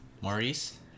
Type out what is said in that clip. Maurice